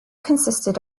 consisted